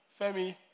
Femi